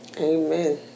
Amen